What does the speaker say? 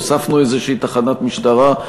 הוספנו איזושהי תחנת משטרה.